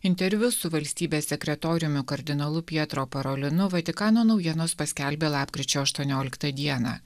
interviu su valstybės sekretoriumi kardinolu pietro parolinu vatikano naujienos paskelbė lapkričio aštuonioliktą dieną